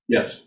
Yes